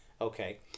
okay